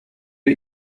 wir